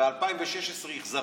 וב-2016 החזרתם?